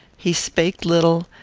he spake little,